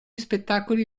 spettacoli